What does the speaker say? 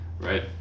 right